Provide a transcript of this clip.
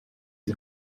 die